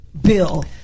bill